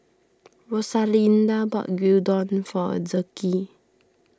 Rosalinda bought Gyudon for Zeke